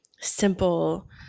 simple